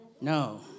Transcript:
no